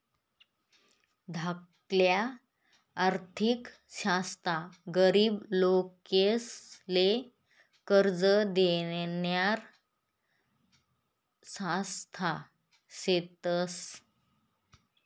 धाकल्या आर्थिक संस्था गरीब लोकेसले कर्ज देनाऱ्या संस्था शेतस